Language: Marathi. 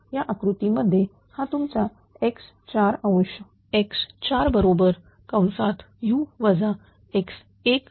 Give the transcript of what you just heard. या आकृती मध्ये हा तुमचा x4